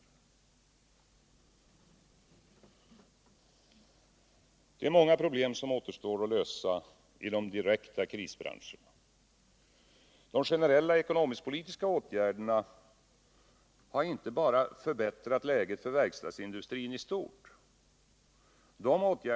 Det är många problem som återstår att lösa i de direkta krisbranscherna. De generella ekonomisk-politiska åtgärderna har dock inte bara förbättrat läget för verkstadsindustrin i stort.